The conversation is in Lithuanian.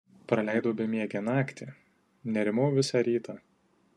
praleidau bemiegę naktį nerimau visą rytą